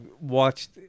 watched